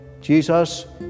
Jesus